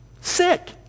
sick